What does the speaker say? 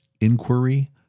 inquiry